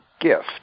gift